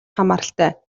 хамааралтай